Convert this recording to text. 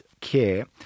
Care